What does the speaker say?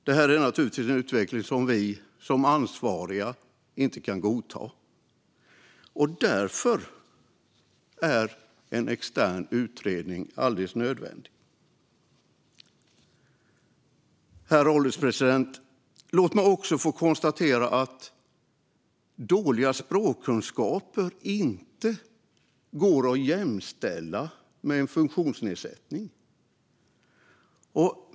Det är en utveckling som vi som ansvariga inte kan godta, och därför är en extern utredning nödvändig. Herr ålderspresident! Låt mig konstatera att dåliga språkkunskaper inte går att jämställa med en funktionsnedsättning.